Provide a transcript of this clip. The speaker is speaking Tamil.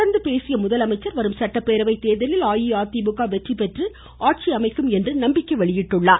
தொடர்ந்து பேசிய அவர் வரும் சட்டப்பேரவை தேர்தலில் அஇஅதிமுக வெற்றிபெற்று ஆட்சி அமைக்கும் என்றும் அவர் தெரிவித்தார்